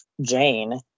Jane